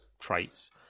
traits